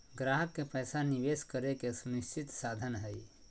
ग्राहक के पैसा निवेश करे के सुनिश्चित साधन हइ